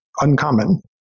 uncommon